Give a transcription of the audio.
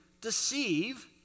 deceive